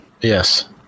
Yes